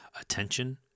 Attention